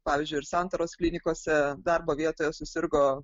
pavyzdžiui ir santaros klinikose darbo vietoje susirgo